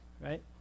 right